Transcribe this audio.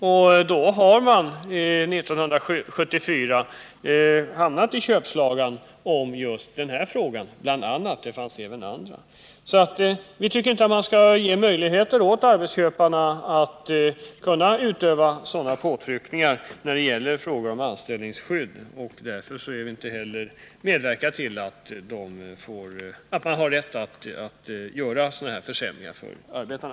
År 1974 hamnade man i köpslagan om bl.a. den här frågan — det fanns även andra frågor. Vi tycker inte att man skall ge möjligheter åt arbetsköparna att utöva sådana påtryckningar när det gäller frågor om anställningsskydd. Därför vill vi inte heller medverka till att arbetsköparna skall ha rätt att göra sådana här försämringar för arbetarna.